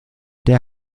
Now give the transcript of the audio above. der